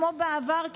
כמו בעבר,